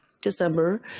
December